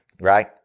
right